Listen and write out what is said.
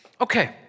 Okay